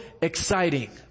exciting